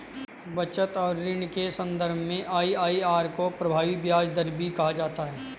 बचत और ऋण के सन्दर्भ में आई.आई.आर को प्रभावी ब्याज दर भी कहा जाता है